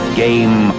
game